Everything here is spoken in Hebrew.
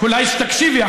אולי תקשיבי,